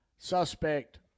Suspect